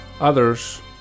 Others